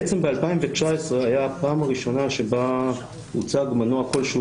בעצם ב-2019 הייתה הפעם הראשונה שבה הוצג מנוע כלשהו